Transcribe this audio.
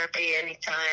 anytime